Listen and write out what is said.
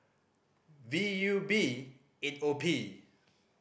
V U B eight O P